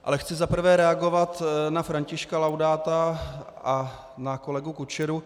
Ale chci za prvé reagovat na Františka Laudáta a na kolegu Kučeru.